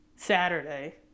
saturday